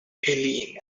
eileen